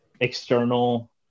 external